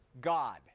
God